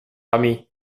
ami